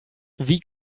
wie